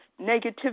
negativity